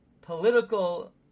political